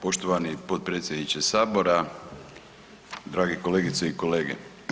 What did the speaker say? Poštovani potpredsjedniče Sabora, dragi kolegice i kolege.